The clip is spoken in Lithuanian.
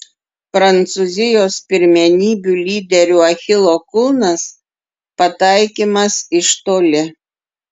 prancūzijos pirmenybių lyderių achilo kulnas pataikymas iš toli